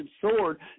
sword